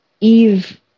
Eve